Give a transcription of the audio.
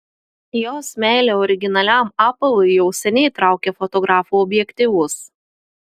jos meilė originaliam apavui jau seniai traukia fotografų objektyvus